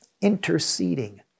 Interceding